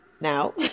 Now